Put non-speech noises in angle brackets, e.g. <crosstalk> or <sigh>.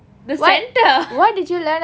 the centre <laughs>